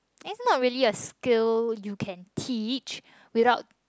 and not really a skill you can teach without